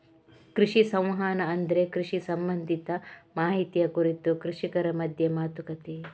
ಕೃಷಿ ಸಂವಹನ ಅಂದ್ರೆ ಕೃಷಿ ಸಂಬಂಧಿತ ಮಾಹಿತಿಯ ಕುರಿತು ಕೃಷಿಕರ ಮಧ್ಯ ಮಾತುಕತೆ